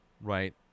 Right